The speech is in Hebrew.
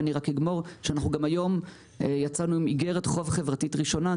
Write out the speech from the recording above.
היום יצאנו עם איגרת חוב חברתית ראשונה.